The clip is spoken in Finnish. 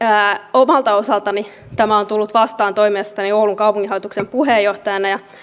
omalta osaltani tämä on tullut vastaan toimiessani oulun kaupunginhallituksen puheenjohtajana ja